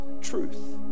truth